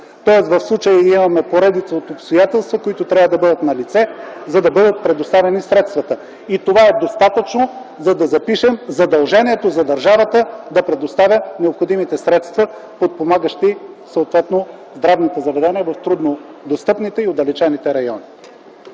Тоест в случая имаме поредица от обстоятелства, които трябва да бъдат налице, за да бъдат предоставени средствата. Това е достатъчно, за да запишем задължението за държавата да предоставя необходимите средства, подпомагащи съответно здравното заведение в труднодостъпните и отдалечените райони.